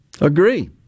Agree